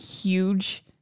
huge